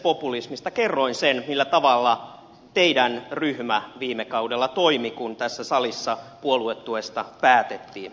kerroin sen millä tavalla teidän ryhmänne viime kaudella toimi kun tässä salissa puoluetuesta päätettiin